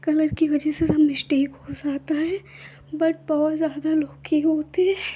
colour की वज़ह से सब मिस्टेक हो जाता है बट बहुत ज़्यादा लोग के होते हैं